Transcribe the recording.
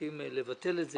הולכים לבטל את זה.